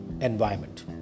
environment